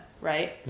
right